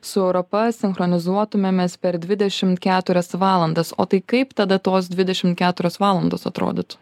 su europa sinchronizuotumėmės per dvidešimt keturias valandas o tai kaip tada tos dvidešim keturios valandos atrodytų